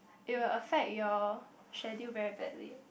it will affect your schedule very badly